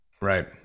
right